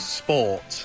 sport